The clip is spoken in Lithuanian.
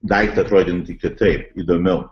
daiktą atrodantį kitaip įdomiau